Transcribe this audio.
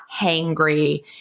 hangry